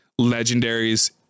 legendaries